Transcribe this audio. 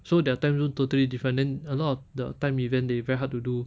so their timezone totally different then a lot of the time event they very hard to do